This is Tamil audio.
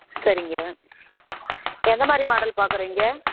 சரிங்க எந்தமாதிரி மாடல் பார்க்குறீங்க